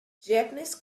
japanese